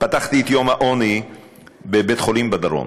ופתחתי את יום העוני בבית-חולים בדרום,